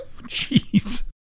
Jeez